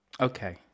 okay